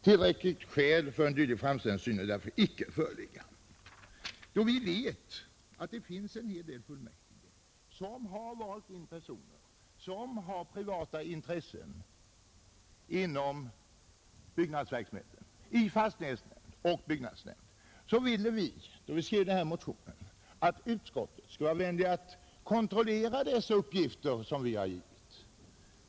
Tillräckligt skäl för en dylik framställning synes därför icke föreligga.” Vi vet att det finns en hel del kommunfullmäktige som har valt in personer med privata intressen inom byggnadsverksamheten i fastighetsnämnd och byggnadsnämnd, och vi ville då vi skrev denna motion att utskottet skulle ha vänligheten att kontrollera de uppgifter som vi har lämnat.